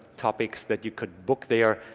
topics that you could book there